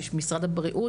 לדוגמה משרד הבריאות,